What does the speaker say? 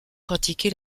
pratiqué